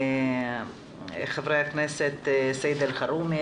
חברי הכנסת סעיד אלחרומי,